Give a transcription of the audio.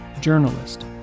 journalist